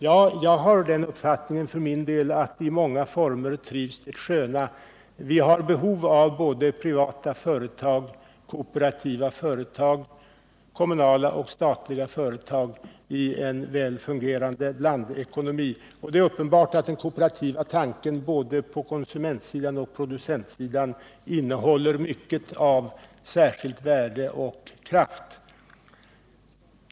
Ja, jag har den uppfattningen att det sköna trivs i många former. Vi har behov av privata, kooperativa, kommunala och statliga företag i en väl fungerande blandekonomi. Och det är uppenbart att den kooperativa tanken både på konsumentoch producentsidan innehåller mycket av särskilt värde och kraft.